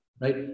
right